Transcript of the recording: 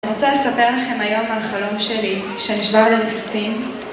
אני רוצה לספר לכם היום על חלום שלי, שנשבר לרסיסים